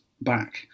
back